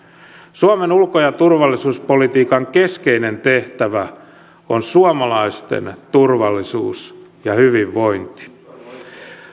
suomen ulko ja turvallisuuspolitiikan keskeinen tehtävä on suomalaisten turvallisuus ja hyvinvointi